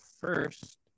first